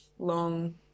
long